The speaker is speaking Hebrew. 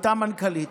הייתה המנכ"לית,